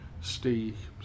Steve